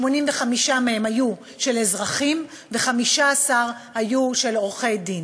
85% היו של אזרחים ו-15% היו של עורכי-דין.